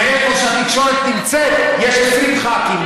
בוודאות, ואיפה שהתקשורת נמצאת יש 20 ח"כים.